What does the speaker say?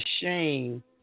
shame